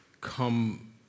come